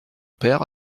père